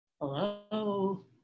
Hello